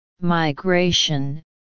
migration